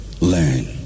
Learn